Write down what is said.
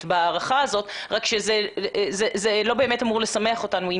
בהערכה כזאת אלא שזה לא באמת אמור לשמח אותנו.